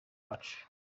bacu